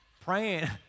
Praying